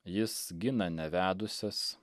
jis gina nevedusias